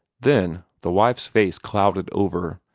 then the wife's face clouded over,